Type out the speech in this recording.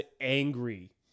angry